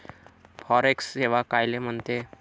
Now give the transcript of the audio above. Forex सेवा कायले म्हनते?